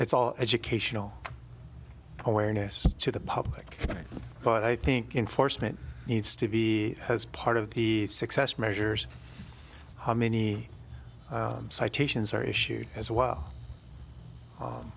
it's all educational awareness to the public but i think enforcement needs to be part of the success measures how many citations are issued as well